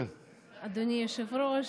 אדוני היושב-ראש,